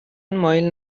مایل